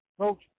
Coach